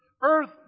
Earth